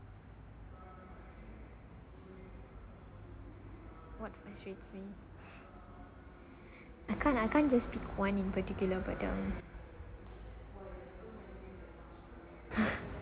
what frustrates me I can't I can't just pick one in particular but um